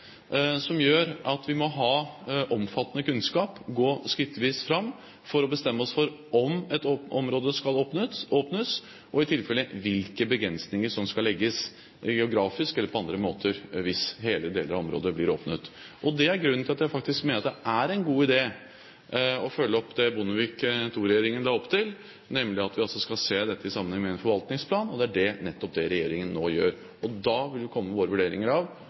som gjør at vi må ha omfattende kunnskap, gå skrittvis fram for å bestemme oss for om et område skal åpnes, og i tilfelle hvilke begrensninger som skal legges, geografisk eller på andre måter, hvis hele eller deler av området blir åpnet. Det er grunnen til at jeg faktisk mener det er en god idé å følge opp det Bondevik II-regjeringen la opp til, nemlig at vi skal se dette i sammenheng med en forvaltningsplan, og det er nettopp det regjeringen nå gjør. Da vil vi komme med våre vurderinger av